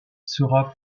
sera